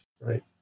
right